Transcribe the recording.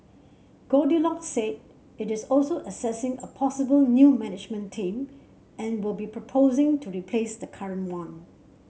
Goldilocks said it is also assessing a possible new management team and will be proposing to replace the current one